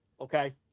Okay